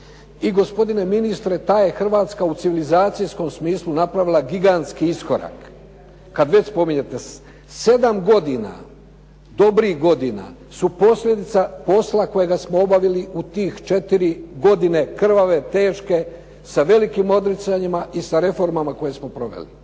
i gospodine ministre ta je Hrvatska u civilizacijskom smislu napravila gigantski iskorak kada već spominjete. 7 godina dobrih godina su posljedica posla kojega smo obavili u tih 4 godine krvave, teške, sa velikim odricanjima i sa reformama koje smo proveli.